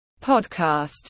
podcast